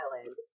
island